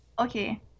Okay